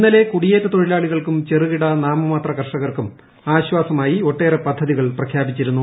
ഇന്നലെ കുടിയേറ്റ തൊഴിലാളികൾക്കും ചെറുകിട്ട് രൂാമ്മാത്ര കർഷകർക്കും ആശ്വാസമായി ഒട്ടേറെ പദ്ധതി പ്രഖ്യാപിച്ചിരുന്നു